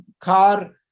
car